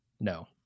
no